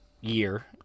year